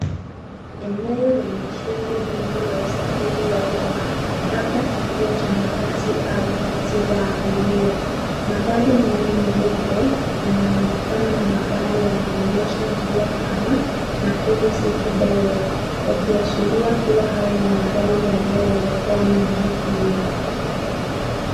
Eneo lenye shughuli nyingi la usafiri wa umma labda kituo cha mabasi au teksi za abiria magari mengio meupe yanaonekana na mabango yanaonyesha njia kama nakuru city direct yakiashiria kua haya ni magari yanayoelekea miji hio.